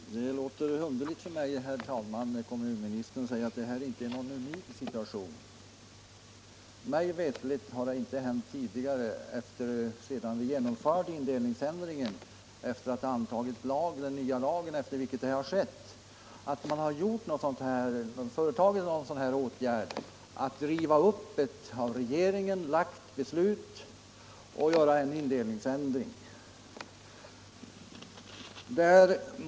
Herr talman! Det låter underligt för mig när herr kommunministern säger att detta inte är någon unik situation. Mig veterligt har det inte hänt sedan vi antog den nya lagen om indelningsändring att man rivit upp ett av regeringen fattat beslut och gjort en indelningsändring.